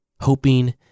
hoping